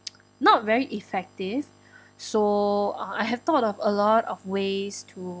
not very effective so uh I have thought of a lot of ways to